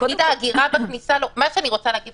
יושב-ראש הוועדה, אני רוצה להגיד